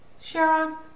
Sharon